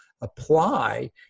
apply